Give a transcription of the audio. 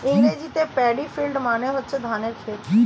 ইংরেজিতে paddy field মানে হচ্ছে ধানের ক্ষেত